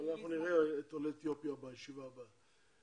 אנחנו נראה את עולי אתיופיה בישיבה הבאה.